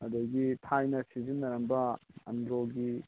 ꯑꯗꯒꯤ ꯊꯥꯏꯅ ꯁꯤꯖꯤꯟꯅꯔꯝꯕ ꯑꯟꯗ꯭ꯔꯣꯒꯤ